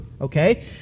okay